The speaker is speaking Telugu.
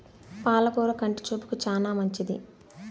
పాల కూర కంటి చూపుకు చానా మంచిది